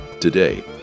Today